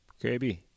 KB